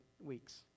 weeks